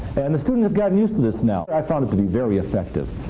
and the student has gotten used to this now. i found it to be very effective.